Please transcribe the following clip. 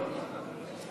בבקשה, אדוני.